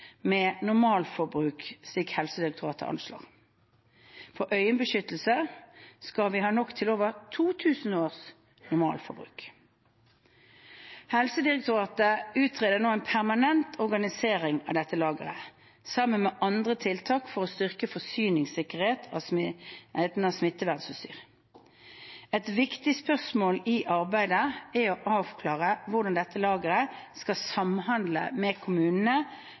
med det normalforbruket Helsedirektoratet anslår. For øyebeskyttelse skal vi ha nok til over 2 000 års normalforbruk. Helsedirektoratet utreder nå en permanent organisering av dette lageret, sammen med andre tiltak for å styrke forsyningssikkerheten av smittevernutstyr. Et viktig spørsmål i arbeidet er å avklare hvordan dette lageret skal samhandle med